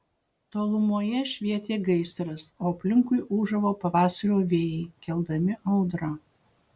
tolumoje švietė gaisras o aplinkui ūžavo pavasario vėjai keldami audrą